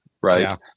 right